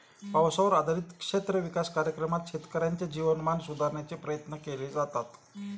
पावसावर आधारित क्षेत्र विकास कार्यक्रमात शेतकऱ्यांचे जीवनमान सुधारण्याचे प्रयत्न केले जातात